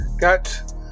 Got